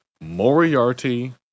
Moriarty